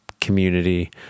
community